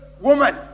woman